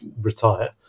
retire